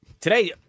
Today